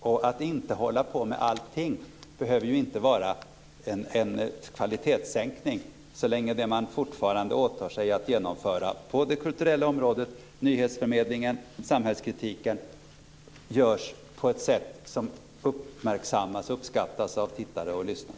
Att man inte håller på med allting behöver inte innebära en kvalitetssänkning så länge det man fortfarande åtar sig att genomföra på det kulturella området, inom nyhetsförmedlingen och samhällskritiken görs på ett sätt som uppmärksammas och uppskattas av tittare och lyssnare.